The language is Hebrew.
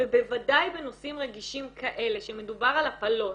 ובוודאי בנושאים רגישים כאלה כשמדובר על הפלות.